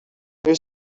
there